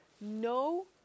No